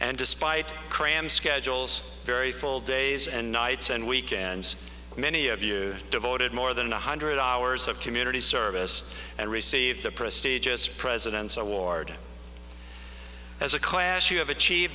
and despite cram schedules very full days and nights and weekends many of you devoted more than one hundred hours of community service and received the prestige us presidents award as a class you have ach